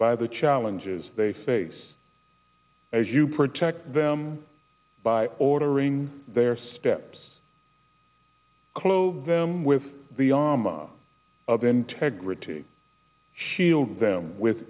by the challenges they face as you protect them by ordering their steps clothe them with the arma of integrity shield them with